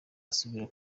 asubira